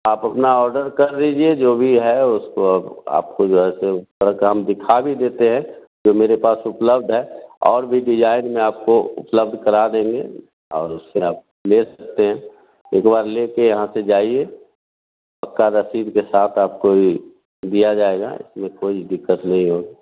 आप अपना ऑर्डर कर लीजिए जो भी है उसको अब आपको जैसे थोड़ा कम दिखा भी देते हैं जो मेरे पास उपलब्ध है और भी डिजाईन में आपको उपलब्ध करा देंगे और उसमें आप ले सकते हैं एक बार लेकर यहाँ से जाइए पक्का रसीद के साथ आपको ई दिया जाएगा उसमें कोई दिक्कत नहीं होगी